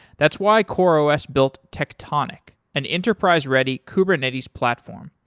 that's why coreos built tectonic, an enterprise-ready kubernetes platform.